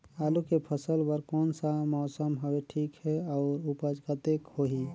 आलू के फसल बर कोन सा मौसम हवे ठीक हे अउर ऊपज कतेक होही?